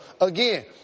again